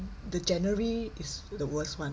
the january is the worst one